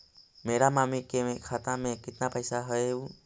मेरा मामी के खाता में कितना पैसा हेउ?